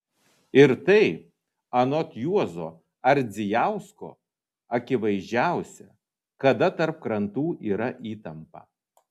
ir tai anot juozo ardzijausko akivaizdžiausia kada tarp krantų yra įtampa